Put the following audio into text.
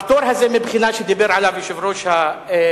הפטור הזה מבחינה, שדיבר עליו יושב-ראש הוועדה,